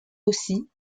aussi